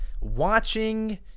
watching